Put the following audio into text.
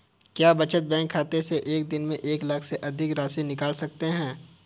क्या बचत बैंक खाते से एक दिन में एक लाख से अधिक की राशि निकाल सकते हैं?